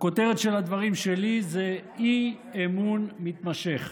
הכותרת של הדברים שלי זה אי-אמון מתמשך.